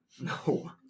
No